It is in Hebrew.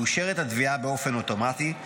מאושרת התביעה באופן אוטומטי,